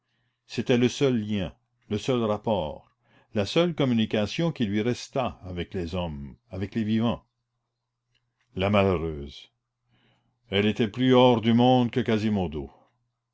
c'était le seul lien le seul rapport la seule communication qui lui restât avec les hommes avec les vivants la malheureuse elle était plus hors du monde que quasimodo